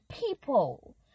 people